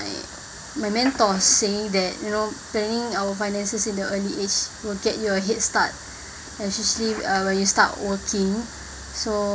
mentor saying that you know planning our finances in the early age will get you a head start especially when you start working so